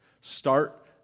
Start